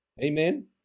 Amen